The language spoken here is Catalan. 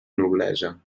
noblesa